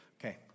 Okay